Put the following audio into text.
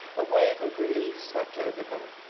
a wave of relief swept over them.